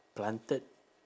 planted